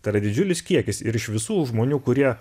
tai yra didžiulis kiekis ir iš visų žmonių kurie